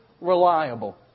reliable